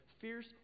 fierce